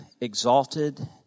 exalted